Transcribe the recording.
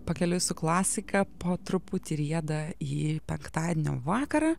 pakeliui su klasika po truputį rieda į penktadienio vakarą